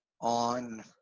on